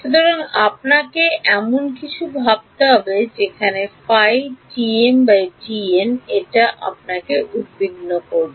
সুতরাং আপনাকে এমন কিছু ভাবতে হবে এটাই আমাদের উদ্বিগ্ন করবে